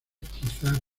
quizás